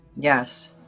Yes